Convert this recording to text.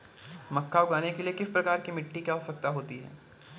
मक्का उगाने के लिए किस प्रकार की मिट्टी की आवश्यकता होती है?